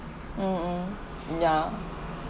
mm mm ya